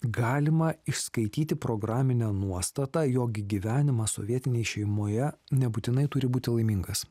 galima išskaityti programinę nuostatą jog gyvenimas sovietinėj šeimoje nebūtinai turi būti laimingas